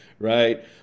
right